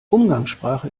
umgangssprache